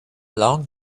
long